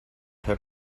her